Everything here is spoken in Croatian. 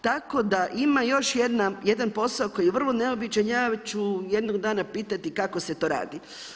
Tako da ima još jedan posao koji je vrlo neobičan, ja ću jednog dana pitati kako se to radi.